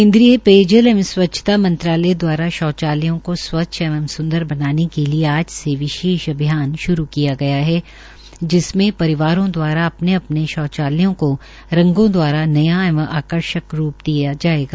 केन्द्रयीय पेयजल एंव स्वच्छता मंत्रालय दवारा शौचालयलों को स्वच्छ एंव संदर बनाने के लिये आज से विशेष अभियान श्रू किया है जिसमें परिवारों दवारा अपने अपने शौचालयों को रंगों दवारा न्या एवं आर्कषक रूप दिया जायेगा